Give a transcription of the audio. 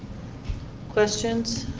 questions,